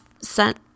sent